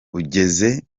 ugeze